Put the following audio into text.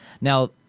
Now